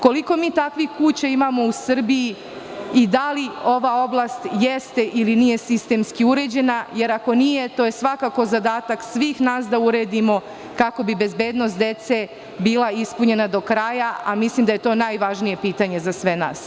Koliko mi takvih kuća imamo u Srbiji i da li ova oblast jeste ili nije sistemski uređena, jer ako nije to je svakako zadatak svih nas da uredimo kako bi bezbednost dece bila ispunjena do kraja, a mislim da je to najvažnije pitanje za sve nas.